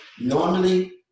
normally